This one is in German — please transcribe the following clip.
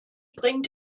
bringt